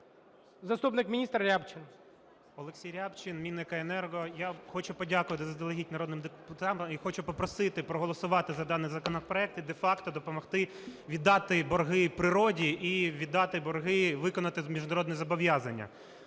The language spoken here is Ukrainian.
Заступник міністра Рябчин. 17:44:37 РЯБЧИН О.М. Олексій Рябчин, Мінекоенерго. Я хочу подякувати заздалегідь народним депутатам. І хочу попросити проголосувати за даний законопроект. І де-факто допомогти віддати борги природі і віддати борги, виконати міжнародні зобов'язання.